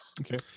Okay